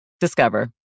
Discover